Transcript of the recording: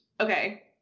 okay